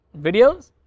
videos